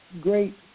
great